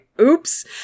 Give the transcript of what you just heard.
oops